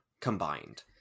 combined